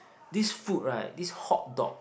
this food right this hot dog